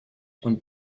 und